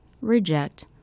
reject